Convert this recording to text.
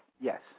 Yes